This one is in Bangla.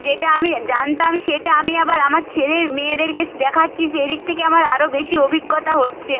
যেটা আমি জানতাম সেটা আমি আবার আমার ছেলে মেয়েদেরকে স্ দেখাচ্ছি সেই দিক থেকে আমার আরও বেশি অভিজ্ঞতা হচ্ছে